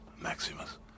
Maximus